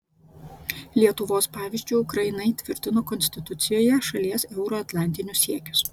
lietuvos pavyzdžiu ukraina įtvirtino konstitucijoje šalies euroatlantinius siekius